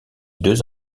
deux